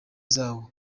zawo